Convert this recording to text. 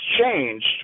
changed